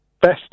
Best